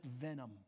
venom